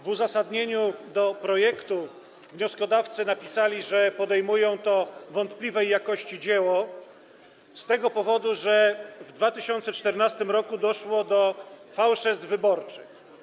W uzasadnieniu do projektu wnioskodawcy napisali, że podejmują to wątpliwej jakości dzieło z tego powodu, że w 2014 r. doszło do fałszerstw wyborczych.